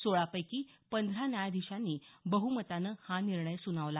सोळापैकी पंधरा न्यायाधीशांनी बहमतानं हा निर्णय सुनावला